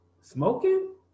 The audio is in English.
smoking